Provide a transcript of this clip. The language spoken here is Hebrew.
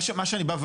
מה שאני בא,